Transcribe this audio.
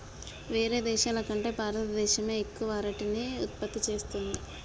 వేరే దేశాల కంటే భారత దేశమే ఎక్కువ అరటిని ఉత్పత్తి చేస్తంది